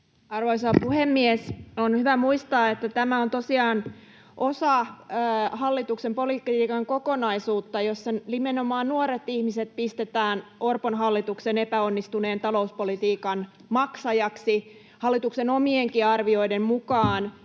Arvoisa puhemies! On hyvä muistaa, että tämä on tosiaan osa hallituksen politiikan kokonaisuutta, jossa nimenomaan nuoret ihmiset pistetään Orpon hallituksen epäonnistuneen talouspolitiikan maksajiksi. Hallituksen omienkin arvioiden mukaan